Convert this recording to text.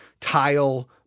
tile